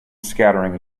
scattering